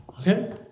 Okay